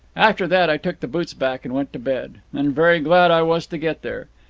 after that, i took the boots back, and went to bed and very glad i was to get there.